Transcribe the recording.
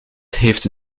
heeft